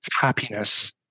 happiness